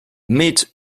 mitch